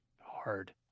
hard